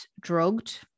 drugged